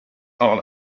all